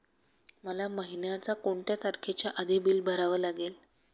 मला महिन्याचा कोणत्या तारखेच्या आधी बिल भरावे लागेल?